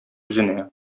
үзенә